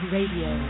Radio